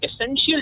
essential